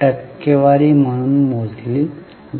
टक्केवारी म्हणून मोजली जाते